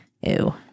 Ew